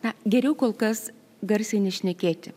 na geriau kol kas garsiai nešnekėti